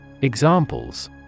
examples